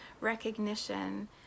recognition